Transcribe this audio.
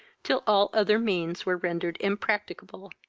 till all other means were rendered impracticable.